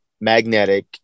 magnetic